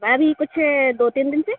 वह भी कुछ दो तीन दिन से